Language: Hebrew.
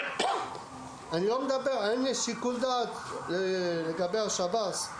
אין לי שיקול דעת לגבי השב"ס,